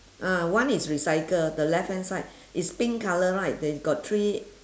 ah one is recycle the left hand side is pink colour right they've got three